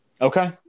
Okay